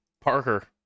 Parker